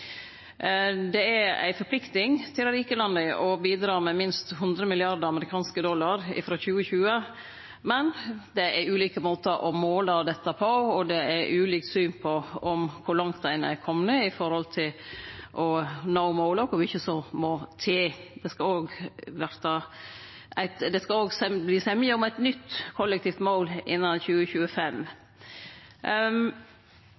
Det skal gå til både klimatilpassing og utsleppskutt i utviklingslanda. Det er ei forplikting for dei rike landa å bidra med minst 100 mrd. amerikanske dollar frå 2020, men det er ulike måtar å måle dette på, og det er ulikt syn på kor langt ein er komen i å nå måla, kor mykje som må til. Det skal òg verte semje om eit nytt kollektivt